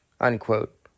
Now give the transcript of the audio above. unquote